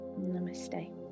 Namaste